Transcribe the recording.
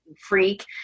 freak